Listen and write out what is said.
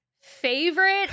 favorite